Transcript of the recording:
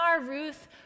Ruth